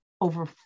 over